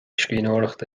scríbhneoireachta